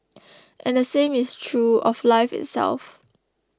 and the same is true of life itself